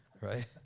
right